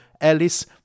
Alice